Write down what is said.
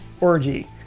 orgy